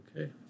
Okay